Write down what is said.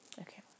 okay